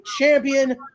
champion